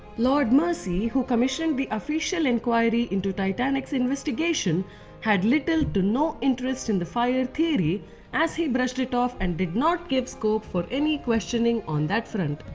lord mercey who commissioned the official inquiry into titanic's investigation had little to no interest in the fire theory as he brushed it off and did not give scope for any questions on that front.